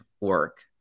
work